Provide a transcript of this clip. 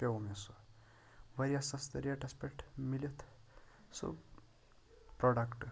پیٚو مےٚ سُہ واریاہ سَستہٕ ریٹَس پیٹھ مِلِتھ سُہ پروڈَکٹ